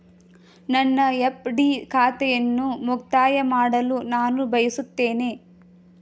ನನ್ನ ಎಫ್.ಡಿ ಖಾತೆಯನ್ನು ಮುಕ್ತಾಯ ಮಾಡಲು ನಾನು ಬಯಸುತ್ತೇನೆ